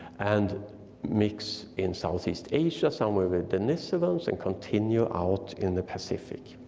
and mix in southeast asia somewhere with denisovans and continue out in the pacific.